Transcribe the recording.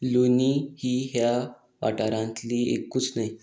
लुनी ही ह्या वाठारांतली एकूच न्हंय